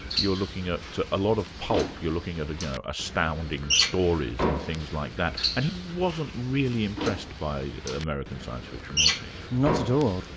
you're looking at a ah lot of pulp, you're looking at you know astounding stories and things like that, and he wasn't really impressed by american science fiction, was he? not at all.